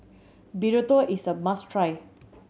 burrito is a must try